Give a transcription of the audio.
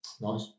Nice